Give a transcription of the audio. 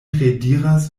rediras